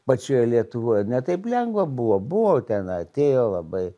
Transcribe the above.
pačioje lietuvoj ne taip lengva buvo buvo ten atėjo labai